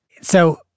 So-